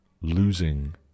losing